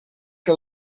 que